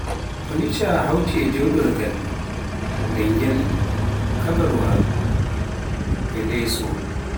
punica hawti e joɗorgal, dangel, kabarwa, e leeso.